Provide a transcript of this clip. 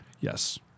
Yes